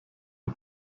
ein